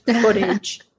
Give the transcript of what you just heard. footage